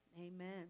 Amen